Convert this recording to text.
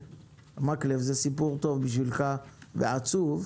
מקלב, זה סיפור טוב ועצוב בשבילך.